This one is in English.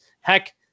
Heck